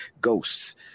ghosts